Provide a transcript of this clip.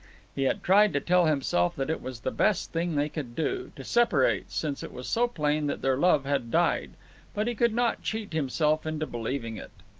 he had tried to tell himself that it was the best thing they could do, to separate, since it was so plain that their love had died but he could not cheat himself into believing it.